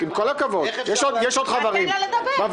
עם כל הכבוד, יש עוד חברים בוועדה.